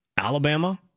Alabama